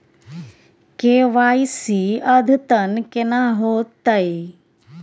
KYC अद्यतन केना होतै?